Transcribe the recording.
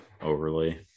overly